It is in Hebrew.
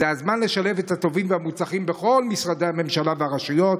זה הזמן לשלב את הטובים והמוצלחים בכל משרדי הממשלה והרשויות.